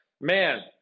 man